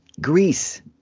Greece